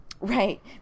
Right